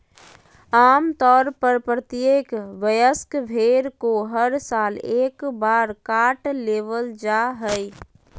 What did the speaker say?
आम तौर पर प्रत्येक वयस्क भेड़ को हर साल एक बार काट लेबल जा हइ